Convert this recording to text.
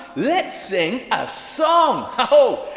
let's sing a song. oh,